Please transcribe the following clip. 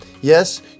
Yes